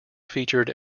featured